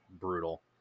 brutal